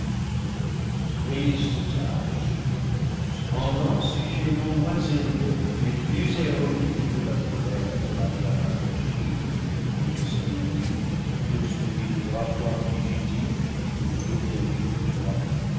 triste tâche cependant sujet non moins élevé mais plus héroïque que la colère de l'implacable achille contre son ennemi poursuivi trois fois fugitif autour des murs de troie